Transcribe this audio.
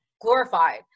glorified